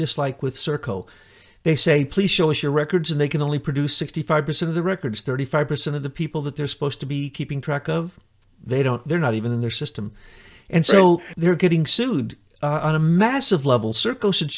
just like with circle they say please show us your records and they can only produce sixty five percent of the records thirty five percent of the people that they're supposed to be keeping track of they don't they're not even in their system and so they're getting sued on a massive level circle should